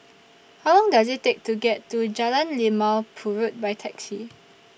How Long Does IT Take to get to Jalan Limau Purut By Taxi